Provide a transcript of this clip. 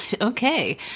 Okay